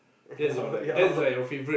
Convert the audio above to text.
oh yeah